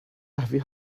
heavy